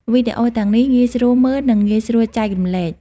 វីដេអូទាំងនេះងាយស្រួលមើលនិងងាយស្រួលចែករំលែក។